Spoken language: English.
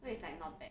so it's like not bad